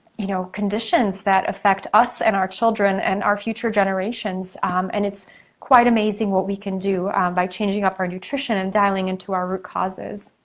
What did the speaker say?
you know conditions that affect us and our children and our future generations and it's quite amazing what we can do by changing up our nutrition and dialing into our root causes.